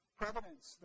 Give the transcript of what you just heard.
providence